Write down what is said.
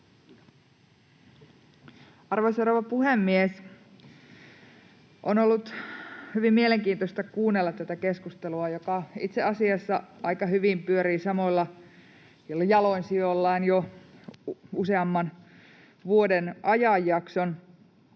Arvoisa rouva puhemies! On ollut hyvin mielenkiintoista kuunnella tätä keskustelua, joka itse asiassa aika hyvin on pyörinyt samoilla jalansijoillaan jo useamman vuoden ajanjakson.